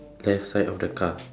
left side of the car